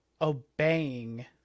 obeying